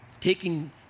taking